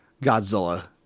Godzilla